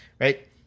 right